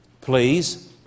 please